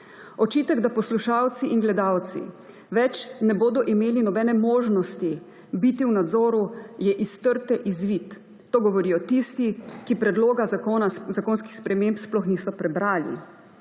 Očitek, da poslušalci in gledalci več ne bodo imeli nobene možnosti biti v nadzoru, je iz trte izvit. To govorijo tisti, ki predloga zakonskih sprememb sploh niso prebrali.